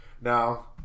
Now